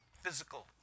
physical